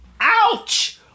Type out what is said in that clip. Ouch